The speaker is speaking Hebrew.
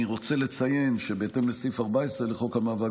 אני רוצה לציין שבהתאם לסעיף 14 לחוק המאבק